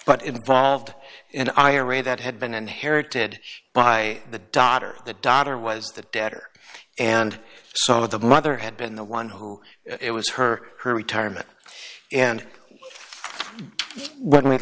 but involved and i or a that had been inherited by the daughter the daughter was the debtor and saw that the mother had been the one who it was her her retirement and when we